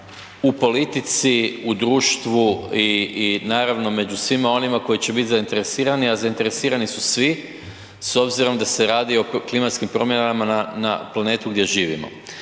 u politici, u društvu i naravno među svima onima koji će biti zainteresirani, a zainteresirani su svi s obzirom da se radi o klimatskim promjenama na planetu gdje živimo.